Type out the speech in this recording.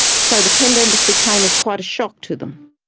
so the tent embassy came as quite a shock to them.